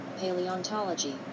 Paleontology